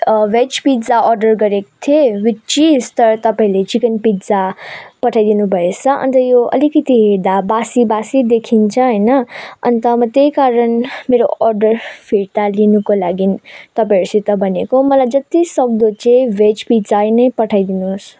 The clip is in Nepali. भेज पिज्जा अर्डर गरेको थिएँ विथ चिज तर तपाईँहरूले चिकन पिज्जा पठाइदिनु भएछ अन्त यो अलिकति दा बासि बासि देखिन्छ होइन अन्त म त्यही कारण मेरो अर्डर फिर्ता लिनुको लागि तपाईँहरूसित भनेको मलाई जति सक्दो चाहिँ भेज पिज्जा नै पठाइदिनुहोस्